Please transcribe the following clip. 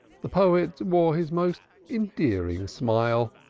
the poet wore his most endearing smile,